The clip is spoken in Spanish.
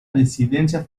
residencia